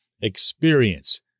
experience